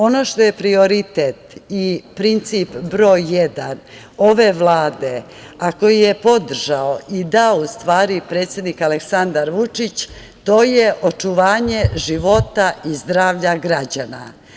Ono što je prioritet i princip broj jedan ove Vlade, a koji je podržao i dao u stvari predsednik Aleksandar Vučić, to je očuvanje života i zdravlja građana.